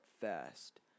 fast